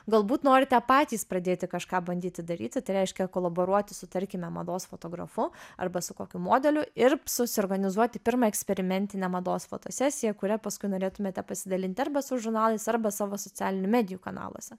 galbūt norite patys pradėti kažką bandyti daryti tai reiškia kolaboruoti su tarkime mados fotografu arba su kokiu modeliu ir susiorganizuoti pirmą eksperimentinę mados fotosesiją kuria paskui norėtumėte pasidalinti arba su žurnalais arba savo socialinių medijų kanaluose